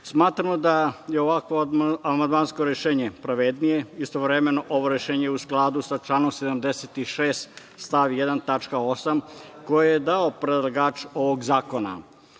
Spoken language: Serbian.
Smatramo da je ovakvo amandmansko rešenje pravednije i istovremeno ovo rešenje je u skladu sa članom 76. stav 1. tačka 8. koje je dao predlagač ovog zakona.